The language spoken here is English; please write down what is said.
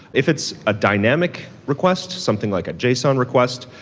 if it's a dynamic request, something like a json request,